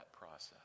process